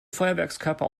feuerwerkskörper